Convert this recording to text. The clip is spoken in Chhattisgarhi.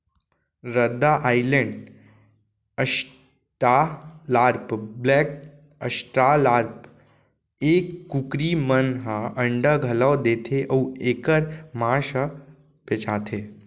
रद्दा आइलैंड, अस्टालार्प, ब्लेक अस्ट्रालार्प ए कुकरी मन ह अंडा घलौ देथे अउ एकर मांस ह बेचाथे